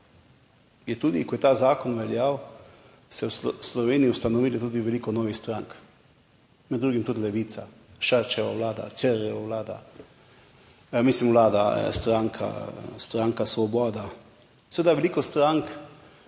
je tudi, ko je ta zakon veljal, se je v Sloveniji ustanovilo tudi veliko novih strank, med drugim tudi Levica, Šarčeva vlada, Cerarjeva vlada, mislim vlada, stranka, Stranka svoboda. Seveda veliko strank,